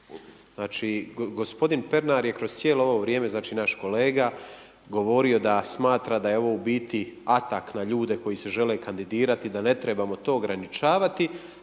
Znači, gospodin Pernar je kroz cijelo ovo vrijeme, znači naš kolega, govorio da smatra da je ovo u biti atak na ljude koji se žele kandidirati, da ne trebamo to ograničavati,